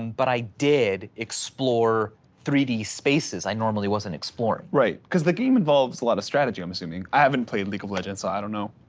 but i did explore three d spaces i normally wasn't exploring. right, because the game involves a lot of strategy. i'm assuming, i haven't played league of legends so i don't know.